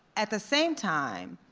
at the same time,